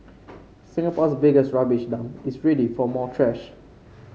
Singapore's biggest rubbish dump is ready for more trash